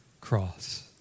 cross